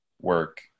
work